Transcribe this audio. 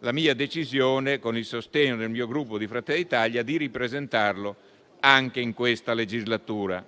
la mia decisione, con il sostegno del Gruppo Fratelli d'Italia, di ripresentarlo anche in questa legislatura.